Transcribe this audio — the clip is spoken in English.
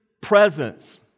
presence